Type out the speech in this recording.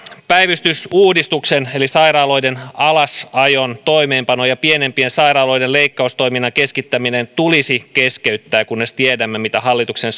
päivystysuudistuksen eli sairaaloiden alasajon toimeenpano ja pienempien sairaaloiden leikkaustoiminnan keskittäminen tulisi keskeyttää kunnes tiedämme mitä hallituksen